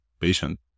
patient